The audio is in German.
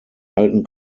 alten